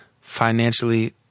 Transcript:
financially